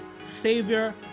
savior